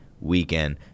weekend